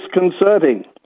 disconcerting